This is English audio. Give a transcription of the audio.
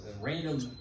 random